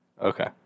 Okay